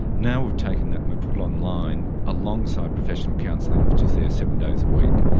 now we've taken that and we've put it online alongside professional counselling which is there seven days a week.